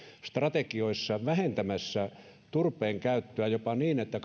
strategioissaan vähentämässä turpeen käyttöä jopa niin että